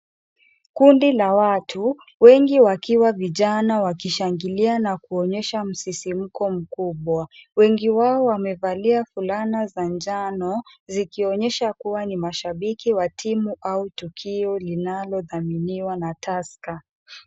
Kundi la watu, wengi wakiwa vijana wakishangilia na kuonyesha msisimko mkubwa. Wengi wao wamevalia fulana za njano zikionyesha kuwa ni mashabiki wa timu au tukio linalodhaminiwa na Tusker.